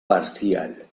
parcial